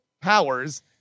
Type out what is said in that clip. powers